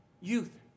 youth